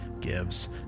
gives